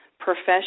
profession